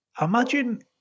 Imagine